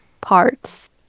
parts